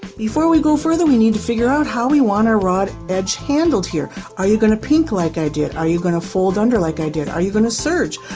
before we go further we need to figure out how we want our raw edge handled here are you going to pink like i did, are you going to fold under like i did, are you going to serge,